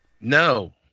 No